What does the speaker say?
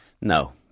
No